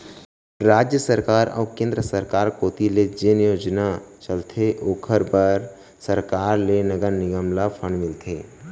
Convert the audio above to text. राज सरकार अऊ केंद्र सरकार कोती ले जेन योजना चलथे ओखर बर सरकार ले नगर निगम ल फंड मिलथे